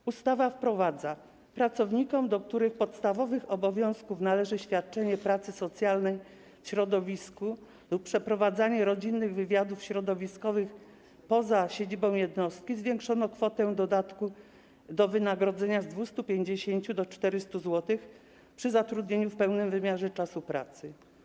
W ustawie w przypadku pracowników, do których podstawowych obowiązków należy świadczenie pracy socjalnej w środowisku lub przeprowadzanie rodzinnych wywiadów środowiskowych poza siedzibą jednostki, zwiększono kwotę dodatku do wynagrodzenia z 250 do 400 zł przy zatrudnieniu w pełnym wymiarze czasu pracy.